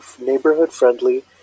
neighborhood-friendly